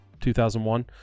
2001